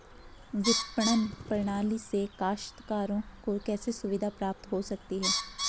विपणन प्रणाली से काश्तकारों को कैसे सुविधा प्राप्त हो सकती है?